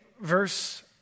verse